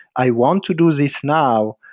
i want to do this now,